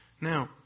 Now